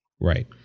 right